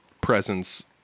presence